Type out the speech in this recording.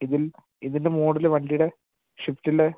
ഇതിൽ ഇതിൻ്റെ മോഡല് വണ്ടീടെ സ്വിഫ്റ്റിലെ